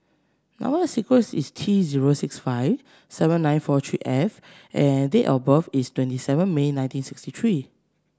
number sequence is T zero six five seven nine four three F and date of birth is twenty seven May nineteen sixty three